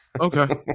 okay